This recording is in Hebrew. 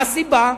מה הסיבה?